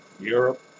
Europe